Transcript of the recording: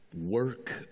work